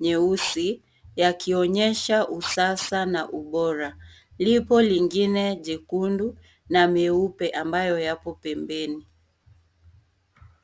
nyeusi yakionyesha usasa na ubora lipo lingine jekundu na meupe ambayo yapo pembeni.